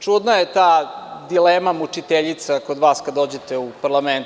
Čudna je ta dilema mučiteljica kod vas kada dođete u parlament.